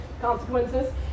consequences